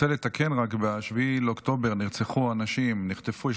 רק רוצה לתקן: ב-7 באוקטובר נרצחו אנשים, נחטפו.